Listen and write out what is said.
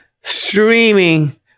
streaming